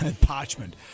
parchment